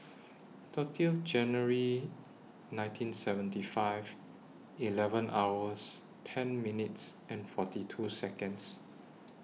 thirty January nineteen seventy five eleven hours ten minutes forty two Seconds